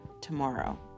tomorrow